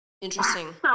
Interesting